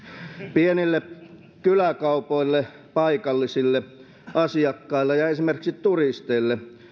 pienille kyläkaupoille paikallisille asiakkaille ja esimerkiksi turisteille